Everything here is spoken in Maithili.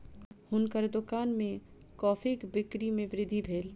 हुनकर दुकान में कॉफ़ीक बिक्री में वृद्धि भेल